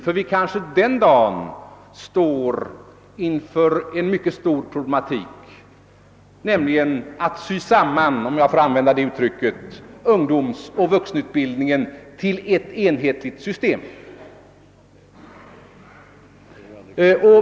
Vi står kanske den dagen inför en mycket stor uppgift, nämligen att sy samman — om jag får använda det uttrycket — ungdomsoch vuxenutbildningen till ett enhetligt svstem.